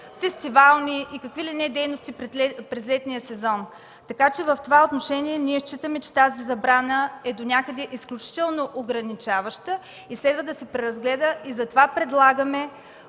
фестивални и какви ли не дейности през летния сезон. В това отношение ние считаме, че тази забрана е изключително ограничаваща и следва да се преразгледа. Затова предлагаме